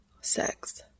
Sex